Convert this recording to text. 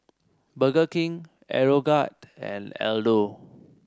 Burger King Aeroguard and Aldo